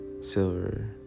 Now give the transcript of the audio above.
silver